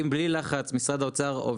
למשרד האוצר יש אינטרס להוריד את יוקר המחיה.